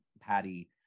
Patty